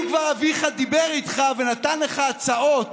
אם כבר אביך דיבר איתך ונתן לך הצעות